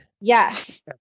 yes